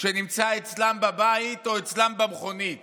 שנמצא אצלם בבית או אצלם במכונית